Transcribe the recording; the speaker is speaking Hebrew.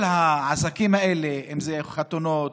כל העסקים האלה, אם זה חתונות